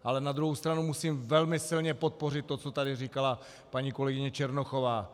Ale na druhou stranu musím velmi silně podpořit to, co tady říkala paní kolegyně Černochová.